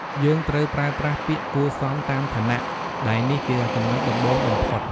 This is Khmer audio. យើងត្រូវប្រើប្រាស់ពាក្យគួរសមតាមឋានៈ ដែលនេះជាចំណុចដំបូងបំផុត។